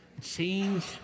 change